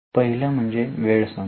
पहिल म्हणजे वेळ संपणे